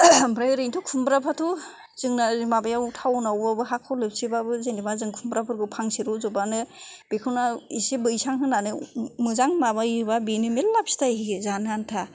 ओमफ्राय ओरैनोथ' खुम्ब्राफ्राथ' जोंना माबायाव टाउन आवबाबो हा खलबसेबाबो जेनेबा जों खुमब्रा फोरखौ फांसे रज'ब्लानो बेखौनो एसे बैसां होनानै मोजां माबायोबा बेनो मेलला फिथाइ होयो जानो आनथा